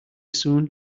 soon